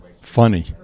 funny